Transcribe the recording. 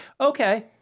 Okay